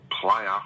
player